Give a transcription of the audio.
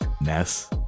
Ness